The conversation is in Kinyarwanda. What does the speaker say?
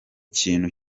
kintu